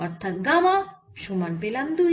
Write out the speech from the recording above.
অর্থাৎ গামা সমান পেলাম দুই